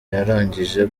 yarangije